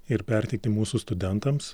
ir perteikti mūsų studentams